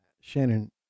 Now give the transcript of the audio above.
Shannon